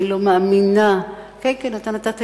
אני לא מאמינה, כן, כן, אתה נתת יד.